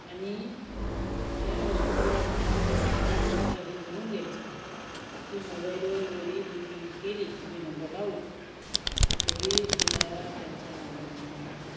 आणि त्या हॉस्पिटललासुद्धा त्या डॉक्टरनासुद्धा हे जमवून घ्यायचं आहे की मोबाईलवर जरी बुकिंग केली तुम्ही नंबर लावला तरीसुद्धा त्यांचा नंबर लावून घ्यावा लागतो